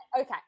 Okay